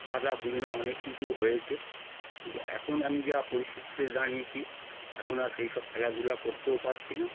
বাঁধা বিঘ্ন অনেক কিছু হয়েছে কিন্তু এখন আমি যা পরিস্থিতিতে দাঁড়িয়েছি এখন আর সেই সব ফেলাধুলা করতেও পারছি না